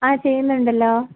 ആ ചെയ്യുന്നുണ്ടല്ലോ